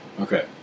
Okay